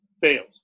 Fails